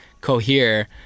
cohere